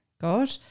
God